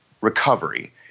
recovery